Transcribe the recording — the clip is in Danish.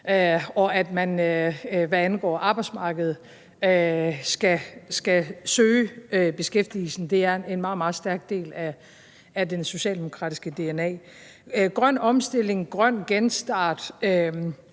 og at man, hvad angår arbejdsmarkedet, skal søge beskæftigelse. Det er en meget, meget stærk del af den socialdemokratiske dna. Når det er grøn omstilling, grøn genstart